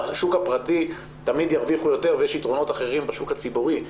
בשוק הפרטי תמיד ירוויחו יותר ויש יתרונות אחרים בשוק הציבורי,